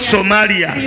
Somalia